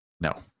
No